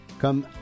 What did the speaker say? comme